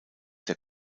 der